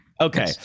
okay